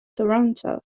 toronto